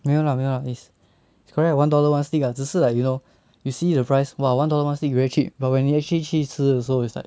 没有 lah 没有 lah is correct one dollar one stick lah 只是 like you know you see the price !wah! one dollar one stick very cheap but when you actually 去吃的时候 it's like